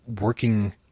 working